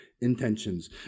intentions